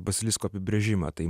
basilisko apibrėžimą tai